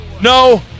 No